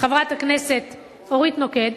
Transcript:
חברת הכנסת אורית נוקד,